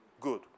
good